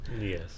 Yes